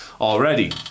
already